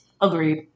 Agreed